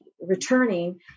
returning